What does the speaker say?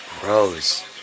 Gross